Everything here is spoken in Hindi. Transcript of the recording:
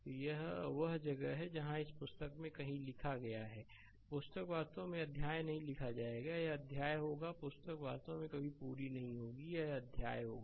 तो यह वह जगह है जहां इस पुस्तक में कहीं लिखा गया है पुस्तक वास्तव में अध्याय नहीं लिखा जाएगा यह अध्याय होगा पुस्तक वास्तव में कभी भी पूरी नहीं होगी यह अध्याय होगा